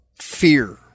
fear